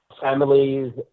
families